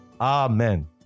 Amen